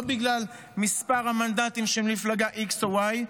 לא בגלל מספר המנדטים של מפלגה x או y,